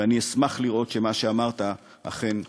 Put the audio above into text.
ואני אשמח לראות שמה שאמרת אכן יקרה.